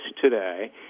today